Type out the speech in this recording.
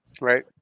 right